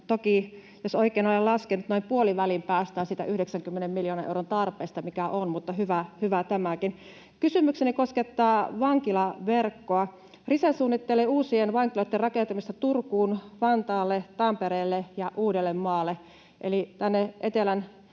Toki, jos oikein olen laskenut, noin puoliväliin päästään siitä 90 miljoonan euron tarpeesta, mikä on, mutta hyvä tämäkin. Kysymykseni koskettaa vankilaverkkoa. Rise suunnittelee uusien vankiloitten rakentamista Turkuun, Vantaalle, Tampereelle ja Uudellemaalle eli tänne etelän